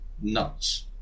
Nuts